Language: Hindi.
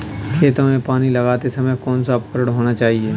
खेतों में पानी लगाते समय कौन सा उपकरण होना चाहिए?